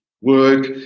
work